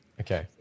Okay